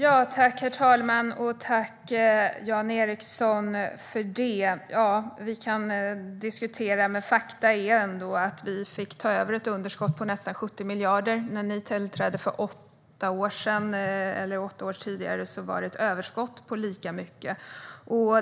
Herr talman! Vi kan diskutera, men fakta är ändå att vi fick ta över ett underskott på nästan 70 miljarder. När ni tillträdde åtta år tidigare var det ett överskott på lika mycket.